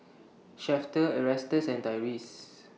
Shafter Erastus and Tyrese